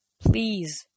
Please